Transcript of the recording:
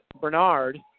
Bernard